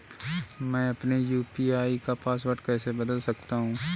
मैं अपने यू.पी.आई का पासवर्ड कैसे बदल सकता हूँ?